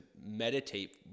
meditate